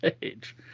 page